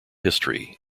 history